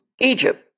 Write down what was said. Egypt